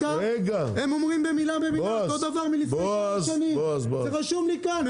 שהם אומרים מילה במילה אותו דבר זה רשום לי כאן,